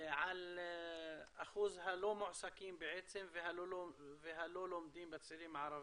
על אחוז הלא מועסקים והלא לומדים בין הצעירים הערביים.